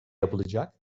yapılacak